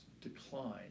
decline